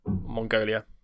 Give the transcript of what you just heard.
Mongolia